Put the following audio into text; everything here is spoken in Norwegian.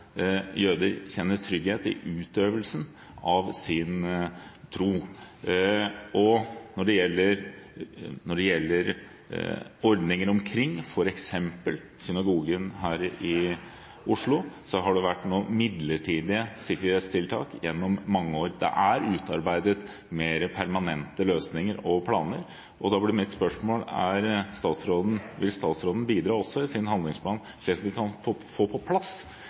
jøder kjenner trygghet i utøvelsen av sin tro. Når det gjelder ordninger omkring f.eks. synagogen her i Oslo, har det vært noen midlertidige sikkerhetstiltak gjennom mange år. Det er utarbeidet mer permanente løsninger og planer. Da blir mitt spørsmål: Vil statsråden bidra også i sin handlingsplan til at vi kan få på plass